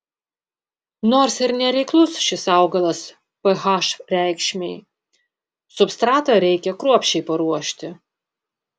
nors ir nereiklus šis augalas ph reikšmei substratą reikia kruopščiai paruošti